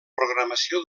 programació